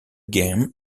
game